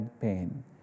pain